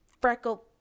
freckle